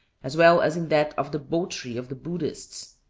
as well as in that of the bo-tree of the buddhists.